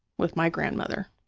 with my grandmother.